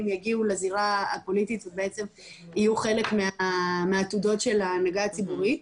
יגיעו לזירה הפוליטית ובעצם יהיו חלק מהעתודות של ההנהגה הציבורית,